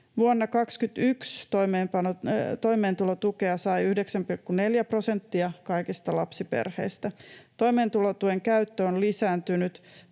Vuonna 21 toimeentulotukea sai 9,4 prosenttia kaikista lapsiperheistä. Toimeentulotuen käyttö on lisääntynyt